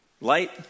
light